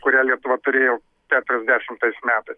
kurią lietuva turėjo keturiasdešimtais metais